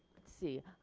let's see.